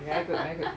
very good very good